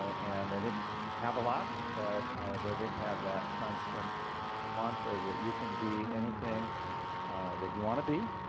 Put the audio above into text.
and they didn't have a lot but they did have that constant mantra that you can be anything that you want to be